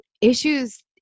issues